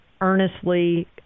earnestly